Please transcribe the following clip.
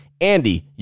Andy